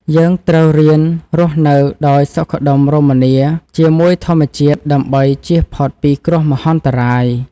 យើងត្រូវរៀនរស់នៅដោយសុខដុមរមនាជាមួយធម្មជាតិដើម្បីជៀសផុតពីគ្រោះមហន្តរាយ។